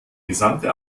gesamte